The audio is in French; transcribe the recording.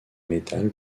métal